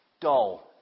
dull